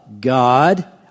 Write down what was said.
God